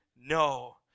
No